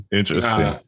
interesting